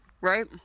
Right